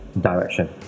direction